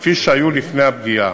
כפי שהיו לפני הפגיעה.